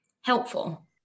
helpful